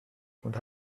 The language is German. und